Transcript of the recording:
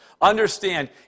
Understand